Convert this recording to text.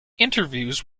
interviews